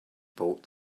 bought